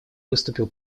выступил